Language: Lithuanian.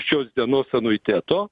šios dienos anuiteto